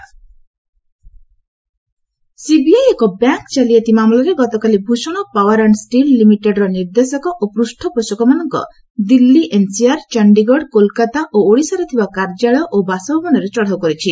CBI searches CBI ଏକ bank ଜାଲିଆତି ମାମଲାରେ ଗତକାଲି ଭୂଷଣ ପାଓ୍ୱାର ଆଣ୍ଡ୍ ଷ୍ଟିଲ୍ ଲିମିଟେଡ୍ର ନିର୍ଦ୍ଦେଶକ ଓ ପୃଷ୍ଣପୋଷକମାନଙ୍କ ଦିଲ୍ଲୀ ଏନ୍ସିଆର୍ ଚଣ୍ଡୀଗଡ଼ କୋଲକାତା ଓ ଓଡ଼ିଶାରେ ଥିବା କାର୍ଯ୍ୟାଳୟ ଓ ବାସଭବନରେ ଚଢ଼ାଉ କରିଛି